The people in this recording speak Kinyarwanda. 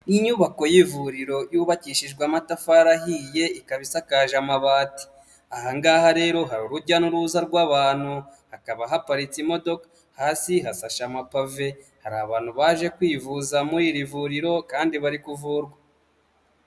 Ni inyubako y'ivuriro yubakishijwe amatafari ahiye ikaba isakaje amabati, aha ngaha rero hari urujya n'uruza rw'abantu hakaba haparitse imodoka, hasi hasashe amapave, hari abantu baje kwivuza muri iri vuriro kandi bari kuvurwa.